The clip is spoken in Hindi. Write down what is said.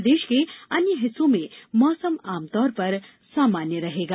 प्रदेश के अन्य हिस्सों में मौसम आमतौर पर सामान्य रहेगा